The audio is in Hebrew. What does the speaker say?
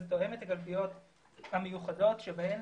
זה תואם את הקלפיות המיוחדות שבהן